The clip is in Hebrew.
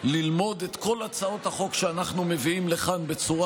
ללמוד את כל הצעות החוק שאנחנו מביאים לכאן בצורה